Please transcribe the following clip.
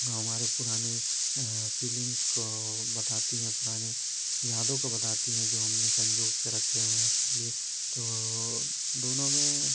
हमारे पुराने फीलिंग्स को बताती हैं पुराने यादों को बताती हैं जो हम ने संजो कर रखे हुए हैं अपने लिए तो दोनों में